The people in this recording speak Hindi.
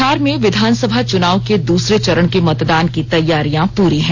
बिहार में विधानसभा चुनाव के दूसरे चरण के मतदान की तैयारियां पूरी हैं